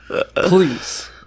Please